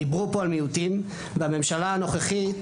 דיברו פה על מיעוטים והממשלה הנוכחית